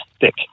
thick